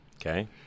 okay